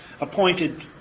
appointed